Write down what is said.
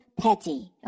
petty